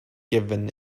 given